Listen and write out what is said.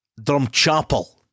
Drumchapel